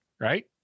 right